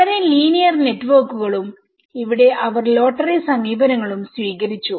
വളരെ ലീനിയർ നെറ്റ്വർക്കുകളുംഇവിടെ അവർ ലോട്ടറി സമീപനങ്ങളും സ്വീകരിച്ചു